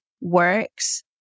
works